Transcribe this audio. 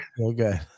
Okay